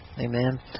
Amen